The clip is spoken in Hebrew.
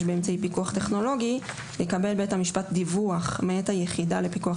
באמצעי פיקוח טכנולוגי יקבל בית המשפט דיווח מאת היחידה לפיקוח